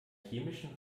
chemischen